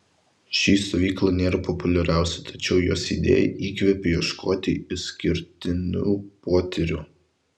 ši stovykla nėra populiariausia tačiau jos idėja įkvepia ieškoti išskirtinių potyrių